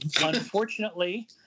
Unfortunately